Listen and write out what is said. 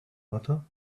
butter